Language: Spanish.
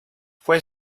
fue